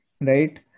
Right